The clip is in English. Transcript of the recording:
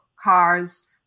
cars